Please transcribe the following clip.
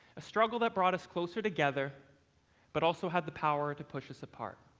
a struggle that brought us closer together but also had the power to push us apart.